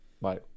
bye